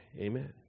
Amen